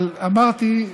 אבל אמרתי,